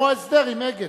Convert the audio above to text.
כמו ההסדר עם "אגד".